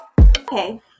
Okay